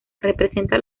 representa